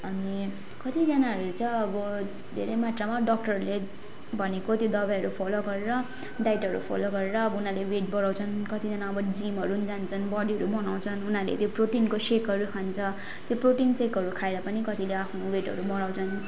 अनि कतिजनाहरूले चाहिँ अब धेरै मात्रामा डक्टरहरूले भनेको त्यो दबाईँहरू फलो गरेर डाइटहरू फलो गरेर अब उनीहरूले वेट बढाउँछन् कतिजना अबो जिमहरू पनि जान्छन् बडीहरू पनि बनाउँछन् उनीहरीले त्यो प्रोटिनको सेकहरू खान्छ त्यो प्रोटिन सेकहरू खाएर पनि कतिले आफ्नो वेटहरू बढाउँछन्